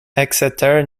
exeter